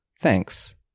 thanks